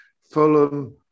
Fulham